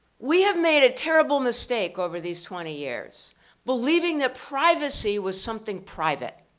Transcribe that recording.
we have made a terrible mistake over these twenty years believing that privacy was something private.